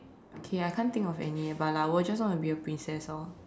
okay I can't think of any eh but like I will just want to be a princess orh